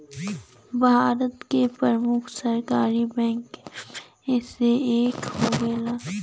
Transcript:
भारत के प्रमुख सरकारी बैंक मे से एक हउवे